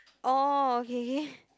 orh k